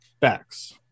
Facts